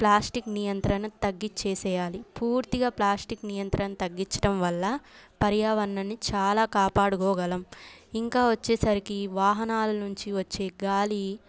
plastic నియంత్రణ తగ్గించేసేయాలి పూర్తిగా ప్లాస్టిక్ నియంత్రణ తగ్గించడం వల్ల పర్యావరణాన్నిచాలా కాపాడుకోగలం ఇంకా వచ్చేసరికి వాహనాల నుంచి వచ్చే గాలి